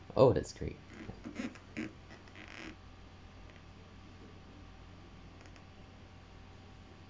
oh that's great